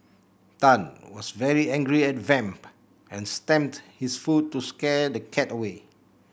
Tan was very angry at Vamp and stamped his foot to scare the cat away